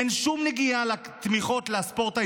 אין שום נגיעה לתמיכות בספורט הישראלי,